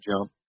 jump